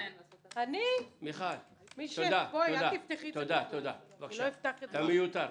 אני לא אפתח את זה בכלל.